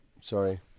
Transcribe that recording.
Sorry